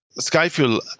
Skyfuel